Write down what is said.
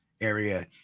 area